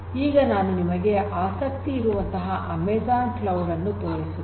ಈಗ ನಾನು ನಿಮಗೆ ಆಸಕ್ತಿ ಇರುವಂತಹ ಅಮೆಜಾನ್ ಕ್ಲೌಡ್ ಅನ್ನು ತೋರಿಸುತ್ತೇನೆ